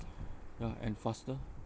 ya and faster